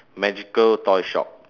magical toy shop